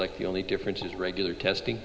slick the only difference is regular testing